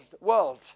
world